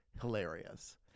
hilarious